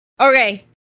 Okay